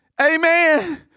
Amen